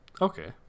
okay